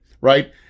right